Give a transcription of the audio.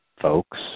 folks